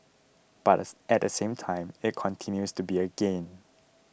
but at the same time it continues to be a gain